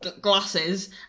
glasses